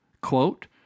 quote